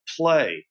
play